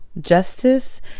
Justice